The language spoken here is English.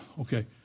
okay